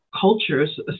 cultures